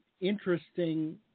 interesting